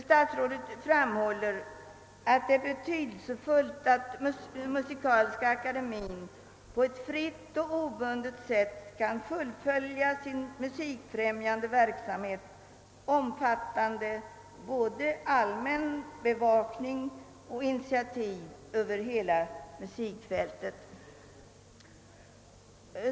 Statsrådet framhåller att det är betydelsefullt att Musikaliska akademien på ett fritt och obundet sätt kan fullfölja sin musikfrämjande verksamhet, omfattande både allmän bevakning och initiativ över hela musikfältet.